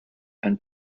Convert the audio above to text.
and